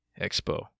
expo